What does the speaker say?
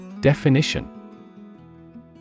Definition